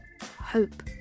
Hope